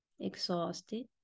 exhausted